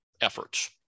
efforts